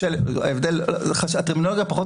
אנחנו מדברים על תקופת בחירות.